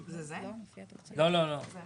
בשום היבט הן לא חוק אחד.